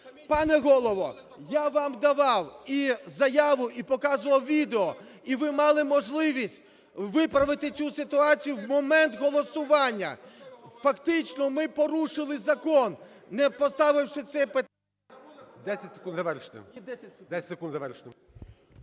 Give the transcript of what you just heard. Пане Голово, я вам давав і заяву, і показував відео, і ви мали можливість виправити цю ситуацію в момент голосування. Фактично ми порушили закон, не поставивши це… ГОЛОВУЮЧИЙ. 10 секунд завершити.